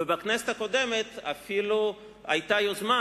ובכנסת הקודמת אפילו היתה יוזמה,